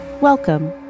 Welcome